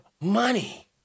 money